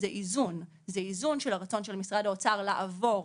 זה איזון זה איזון של הרצון של משרד האוצר לעבור